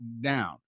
down